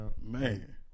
Man